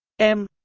m